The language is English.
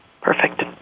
Perfect